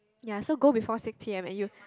ya so go before six P_M and you